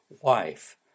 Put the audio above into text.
wife